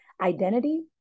identity